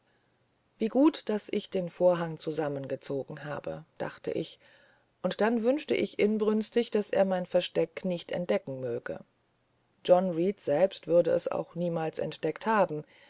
wie gut daß ich den vorhang zusammengezogen habe dachte ich und dann wünschte ich inbrünstig daß er mein versteck nicht entdecken möge john reed selbst würde es auch niemals entdeckt haben